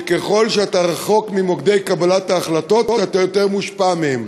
שככל שאתה רחוק ממוקדי קבלת ההחלטות אתה יותר מושפע מהם.